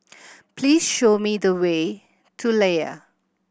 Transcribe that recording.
please show me the way to Layar